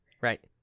right